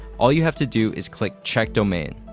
all you have to do is click check domain.